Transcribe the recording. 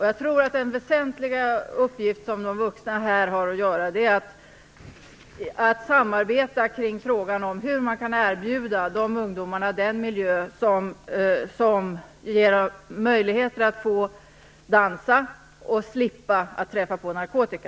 Jag tror att den väsentliga uppgift som de vuxna har är att samarbeta kring frågan om hur man kan erbjuda de ungdomarna den miljö som ger möjligheter att få dansa och att slippa att träffa på narkotika.